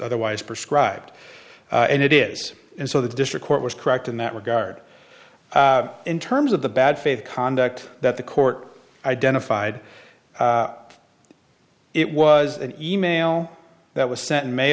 otherwise perscribe and it is and so the district court was correct in that regard in terms of the bad faith conduct that the court identified it was an e mail that was sent in may